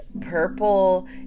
purple